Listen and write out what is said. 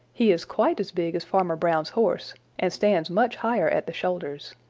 he is quite as big as farmer brown's horse and stands much higher at the shoulders.